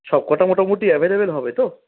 সবকটা মোটামুটি অ্যাভেলেবেল হবে তো